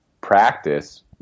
practice –